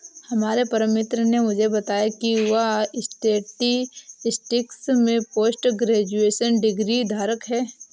हमारे परम मित्र ने मुझे बताया की वह स्टेटिस्टिक्स में पोस्ट ग्रेजुएशन डिग्री धारक है